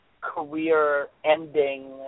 career-ending